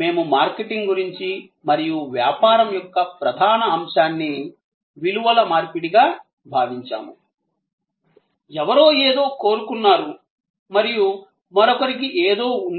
మేము మార్కెటింగ్ గురించి మరియు వ్యాపారం యొక్క ప్రధాన అంశాన్ని విలువల మార్పిడిగా భావించాము ఎవరో ఏదో కోరుకున్నారు మరియు మరొకరికి ఏదో ఉంది